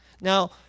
Now